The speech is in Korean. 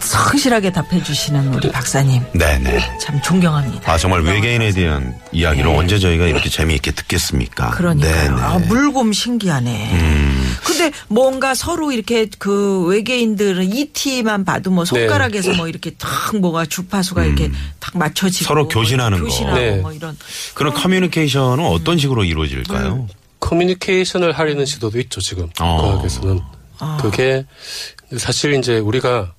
성실하게 답해주시는 우리 박사님. 네네. 참 존경합니다. 아, 정말 존경합니다. 외계인에 대한 이야기를 네. 언제 저희가 이렇게 재미있게 듣겠습니까? 그러니까요. 아, 네네. 물고음 신기하네. 음. 근데 뭔가 서로 이렇게 그 외계인들은 E.T.만 봐도 뭐 네. 손가락에서 뭐 이렇게 탁 뭐가 주파수가 이렇게 음. 탁 맞춰지고 서로 뭐 이렇게 교신하는 거. 교신하고 네. 뭐 이런 그런 그런 게 커뮤니케이션은 어떤 음. 식으로 이루어질까요? 커뮤니케이션을 하려는 시도도 있죠, 지금. 어. 과학에서는. 그게 아. 사실 이제 우리가